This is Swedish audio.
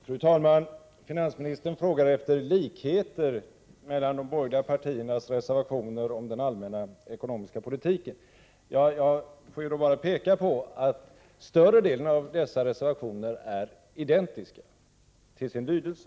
Fru talman! Finansministern frågar efter likheter mellan de borgerliga partiernas reservationer om den allmänna ekonomiska politiken. Jag får då peka på att största delen av dessa reservationer är identiska till sin lydelse.